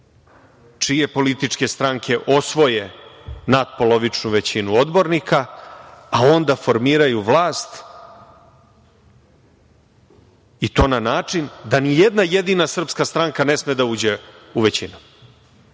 čije političke stranke osvoje natpolovičnu većinu odbornika, a onda formiraju vlast i to na način da ni jedna jedina srpska stranka ne sme da uđe u većinu? To